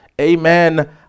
Amen